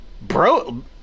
Bro